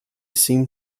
seem